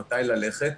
מתי ללכת.